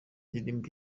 indirimbo